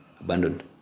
abandoned